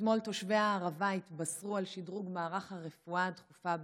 אתמול תושבי הערבה התבשרו על שדרוג מערך הרפואה הדחופה באזור,